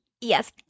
Yes